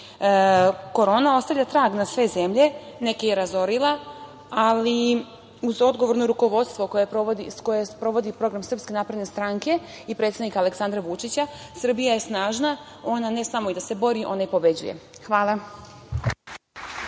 cilj. Korona ostavlja trag na sve zemlje, neke je i razorila, ali uz odgovorno rukovodstvo koje sprovodi program SNS i predsednika Aleksandra Vučića Srbija je snažna, ona ne samo da se bori, ona i pobeđuje. Hvala.